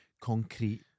concrete